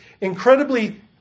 incredibly